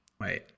Wait